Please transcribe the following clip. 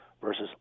versus